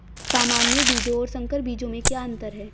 सामान्य बीजों और संकर बीजों में क्या अंतर है?